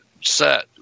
set